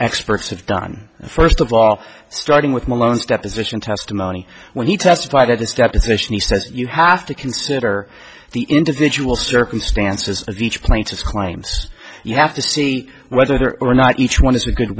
experts have done first of all starting with malone's deposition testimony when he testified at this deposition he says you have to consider the individual circumstances of each plaintiff claims you have to see whether or not each one is a good